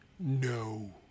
no